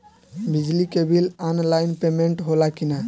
बिजली के bill online payment होला कि ना?